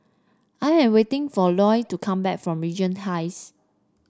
I am waiting for Lloyd to come back from Regent Heights